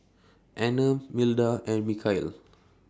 Anner Milda and Michaele